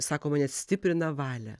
sakoma nes stiprina valią